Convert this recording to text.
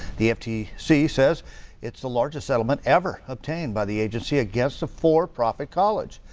the f t c says it's the largest settlement ever obtained by the agency against a for-profit college.